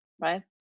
right